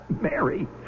Mary